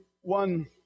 one